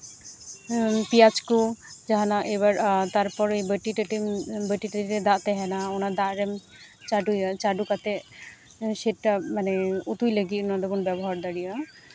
ᱯᱮᱸᱭᱟᱡᱽ ᱠᱚ ᱡᱟᱦᱟᱱᱟᱜ ᱮᱵᱟᱨ ᱛᱟᱨᱯᱚᱨᱮ ᱵᱟᱹᱴᱤᱼᱴᱟᱹᱴᱤ ᱵᱟᱹᱴᱤᱼᱴᱟᱹᱴᱤ ᱨᱮ ᱫᱟᱜ ᱛᱟᱦᱮᱱᱟ ᱚᱱᱟ ᱫᱟᱜ ᱨᱮᱢ ᱪᱟᱰᱳᱭᱟ ᱪᱟᱰᱳ ᱠᱟᱛᱮᱫ ᱥᱮᱴᱟ ᱢᱟᱱᱮ ᱩᱛᱩᱭ ᱞᱟᱹᱜᱤᱫ ᱱᱚᱸᱰᱮ ᱵᱚᱱ ᱵᱮᱵᱚᱦᱟᱨ ᱫᱟᱲᱮᱭᱟᱜᱼᱟ